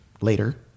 later